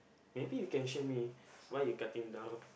maybe you can share me why you cutting down